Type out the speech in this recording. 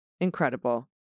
incredible